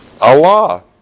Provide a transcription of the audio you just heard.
Allah